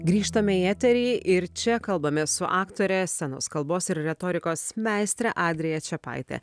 grįžtame į eterį ir čia kalbamės su aktore scenos kalbos ir retorikos meistre adrija čepaite